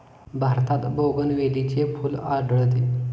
भारतात बोगनवेलीचे फूल आढळते